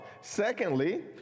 secondly